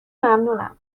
ممنونم